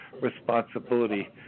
responsibility